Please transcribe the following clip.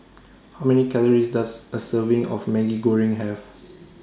How Many Calories Does A Serving of Maggi Goreng Have